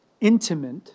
intimate